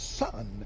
son